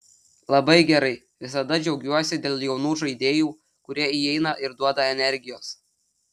labai gerai visada džiaugiuosi dėl jaunų žaidėjų kurie įeina ir duoda energijos